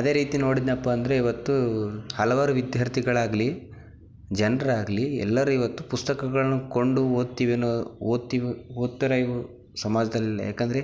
ಅದೇ ರೀತಿ ನೋಡಿದೆನಪ್ಪ ಅಂದರೆ ಇವತ್ತು ಹಲವಾರು ವಿದ್ಯಾರ್ಥಿಗಳಾಗಲಿ ಜನರಾಗ್ಲಿ ಎಲ್ಲರು ಇವತ್ತು ಪುಸ್ತಕಗಳ್ನ ಕೊಂಡು ಓದ್ತೀವಿ ಅನ್ನೋ ಓದ್ತೀವಿ ಓದ್ತಾರೆ ಇವು ಸಮಾಜ್ದಲ್ಲಿ ಯಾಕೆಂದ್ರೆ